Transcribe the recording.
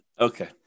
Okay